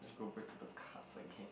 go break the cards again